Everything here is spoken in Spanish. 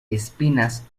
espinas